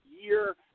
year